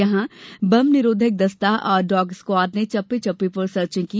यहां बम निरोधक दस्ता और डॉग स्क्वॉड ने चप्पे चप्पे पर सर्चिंग की